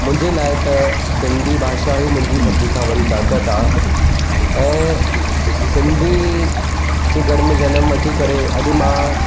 मुंहिंजे लाइ त सिंधी भाषा ई मुंहिंजी सभिनी खां वॾी ताक़त आहे ऐं सिंधी जे घर में जनमु वठी करे अॼु मां